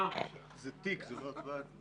הצבעה בעד, 4 נגד, 5 לא אושרה.